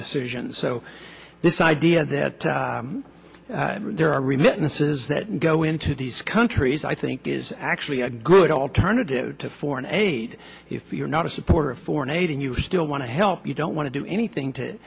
decisions so this idea that there are remittances that go into these countries i think is actually a good alternative to foreign aid if you're not a supporter of foreign aid and you still want to help you don't want to do anything to